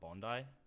Bondi